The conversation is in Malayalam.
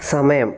സമയം